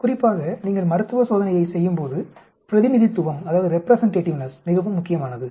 குறிப்பாக நீங்கள் மருத்துவச் சோதனையைச் செய்யும்போது பிரதிநிதித்துவம் மிகவும் முக்கியமானது